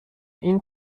این